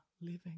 living